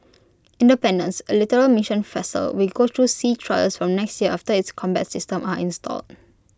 independence A littoral mission vessel will go through sea trials from next year after its combat systems are installed